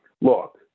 Look